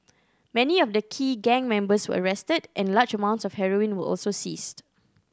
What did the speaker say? many of the key gang members were arrested and large amounts of heroin were also seized